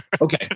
okay